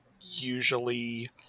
usually